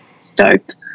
stoked